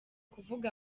kuvuga